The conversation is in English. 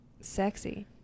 sexy